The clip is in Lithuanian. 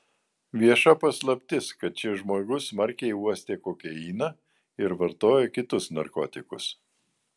vieša paslaptis kad šis žmogus smarkiai uostė kokainą ir vartojo kitus narkotikus